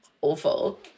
awful